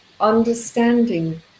understanding